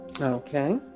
Okay